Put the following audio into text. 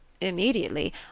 Immediately